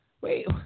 Wait